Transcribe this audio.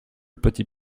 petit